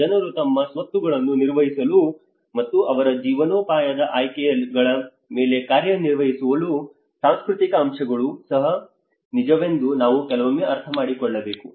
ಜನರು ತಮ್ಮ ಸ್ವತ್ತುಗಳನ್ನು ನಿರ್ವಹಿಸುವ ಮತ್ತು ಅವರ ಜೀವನೋಪಾಯದ ಆಯ್ಕೆಗಳ ಮೇಲೆ ಕಾರ್ಯನಿರ್ವಹಿಸುವ ಸಾಂಸ್ಕೃತಿಕ ಅಂಶಗಳೂ ಸಹ ನಿಜವೆಂದು ನಾವು ಕೆಲವೊಮ್ಮೆ ಅರ್ಥಮಾಡಿಕೊಳ್ಳಬೇಕು